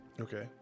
Okay